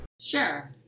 sure